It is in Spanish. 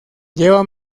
lleva